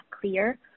clear